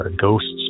ghosts